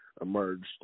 Emerged